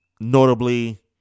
notably